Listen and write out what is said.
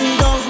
go